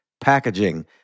packaging